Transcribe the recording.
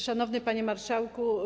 Szanowny Panie Marszałku!